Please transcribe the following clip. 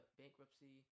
bankruptcy